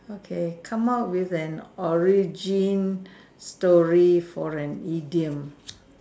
okay come out with an origin story for an idiom